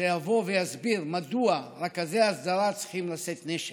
שיבוא ויסביר מדוע רכזי ההסדרה צריכים לשאת נשק.